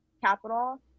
capital